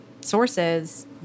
sources